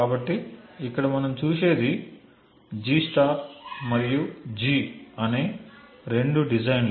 కాబట్టి ఇక్కడ మనం చూసేది G మరియు G అనే రెండు డిజైన్లు